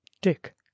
dick